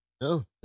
No